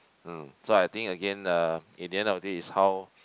mm so I think again uh in the end of it is how